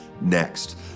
next